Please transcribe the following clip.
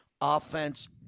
offense